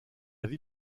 vie